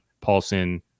Paulson